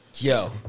Yo